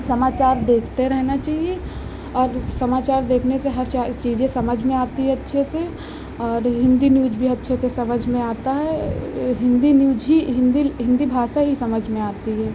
समाचार देखते रहना चाहिए और समाचार देखने से हर चीज़ें समझ में आती हैं अच्छे से और हिन्दी न्यूज़ भी अच्छे से समझ में आता है हिन्दी न्यूज़ ही हिन्दी हिन्दी भाषा ही समझ में आती है